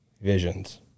visions